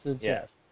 yes